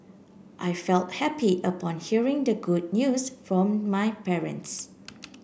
I felt happy upon hearing the good news from my parents